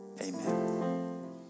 amen